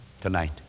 tonight